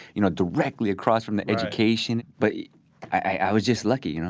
you know, directly across from the education but i was just lucky, you know